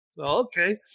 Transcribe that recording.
Okay